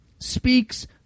speaks